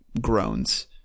Groans